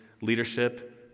leadership